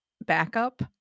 backup